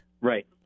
Right